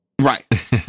Right